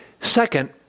Second